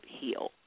heal